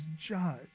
judge